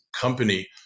company